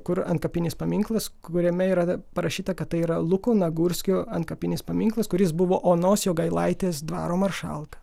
kur antkapinis paminklas kuriame yra parašyta kad tai yra luko nagurskio antkapinis paminklas kuris buvo onos jogailaitės dvaro maršalka